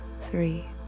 three